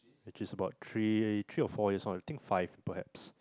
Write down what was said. which is about three three or four years one I think five perhaps